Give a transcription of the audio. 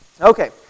Okay